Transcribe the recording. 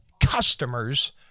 customers